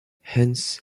hence